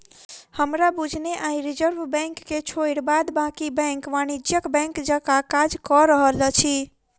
हमरा बुझने आइ रिजर्व बैंक के छोइड़ बाद बाँकी बैंक वाणिज्यिक बैंक जकाँ काज कअ रहल अछि